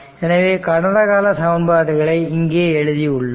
எனவே கடந்த கால சமன்பாடுகளை இங்கே எழுதி உள்ளோம்